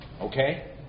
Okay